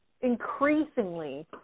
increasingly